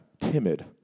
timid